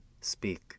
speak